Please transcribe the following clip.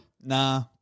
Nah